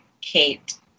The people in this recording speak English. Kate